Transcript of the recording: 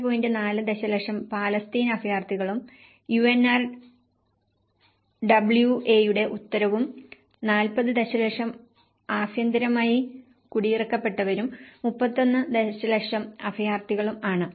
4 ദശലക്ഷം പലസ്തീൻ അഭയാർത്ഥികളും യുഎൻആർഡബ്ല്യുഎയുടെ ഉത്തരവും 40 ദശലക്ഷം ആഭ്യന്തരമായി കുടിയിറക്കപ്പെട്ടവരും 31 ദശലക്ഷം അഭയാർത്ഥികളും ആണ്